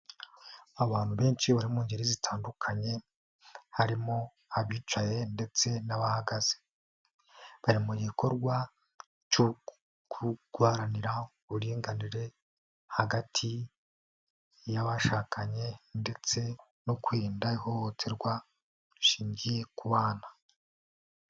Abantu benshi bari mu ngeri zitandukanye harimo abicaye ndetse n'abahagaze, bari mu gikorwa cyo guharanira uburinganire hagati y'abashakanye ndetse no kwirinda ihohoterwa rishingiye ku bana.